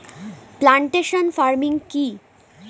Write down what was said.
Plantation farming কি?